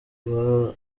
baha